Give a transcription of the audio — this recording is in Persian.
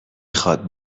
خواد